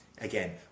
again